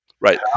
right